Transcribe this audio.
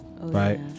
right